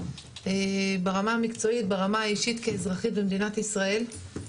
ברמה המקצועית וברמה האישית כאזרחית במדינת ישראל.